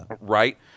right